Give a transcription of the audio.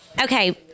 Okay